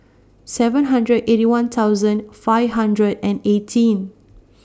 seven hundred Eighty One thousand five hundred and eighteen